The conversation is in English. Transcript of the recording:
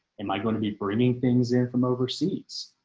am i going to be bringing things in from overseas